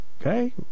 Okay